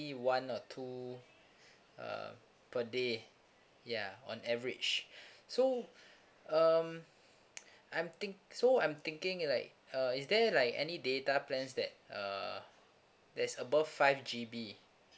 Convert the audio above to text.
one or two uh per day ya on average so um I'm think so I'm thinking like uh is there like any data plans that uh that's above five G B